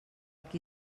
qui